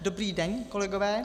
Dobrý den, kolegové.